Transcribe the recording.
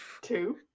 Two